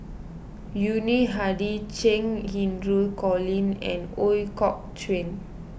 Yuni Hadi Cheng Xinru Colin and Ooi Kok Chuen